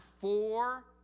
four